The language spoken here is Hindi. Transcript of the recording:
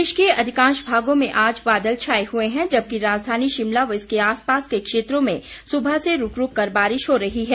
प्रदेश के अधिकांश भागों में आज बादल छाए हुए हैं जबकि राजधानी शिमला व इसके आसपास के क्षेत्रों में सुबह से रूक रूक कर बारिश हो रही है